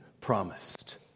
promised